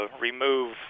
remove